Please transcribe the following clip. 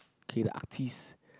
okay the artist